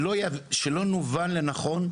שלא יובן לא נכון,